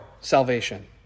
salvation